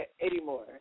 anymore